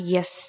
Yes